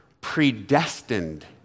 predestined